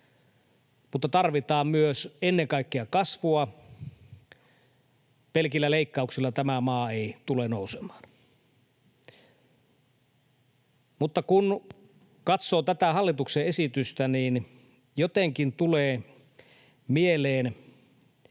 mutta tarvitaan myös ennen kaikkea kasvua. Pelkillä leikkauksilla tämä maa ei tule nousemaan. Mutta kun katsoo tätä hallituksen esitystä, niin jotenkin tulee mieleen